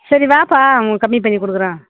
சரி வாப்பா உனக்கு கம்மி பண்ணி கொடுக்குறேன்